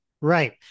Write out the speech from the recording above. Right